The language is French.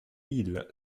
mille